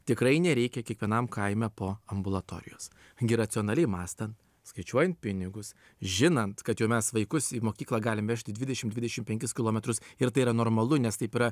tikrai nereikia kiekvienam kaime po ambulatorijos gi racionaliai mąstant skaičiuojant pinigus žinant kad jau mes vaikus į mokyklą galim vežti dvidešim dvidešim penkis kilometrus ir tai yra normalu nes taip yra